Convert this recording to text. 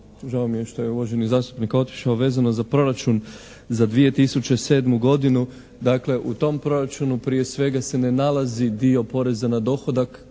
žao mi je što je uvaženi zastupnik otišao, vezano za Proračun za 2007. godinu. Dakle, u tom proračunu prije svega se ne nalazi dio poreza na dohodak